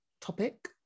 topic